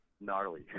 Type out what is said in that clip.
gnarly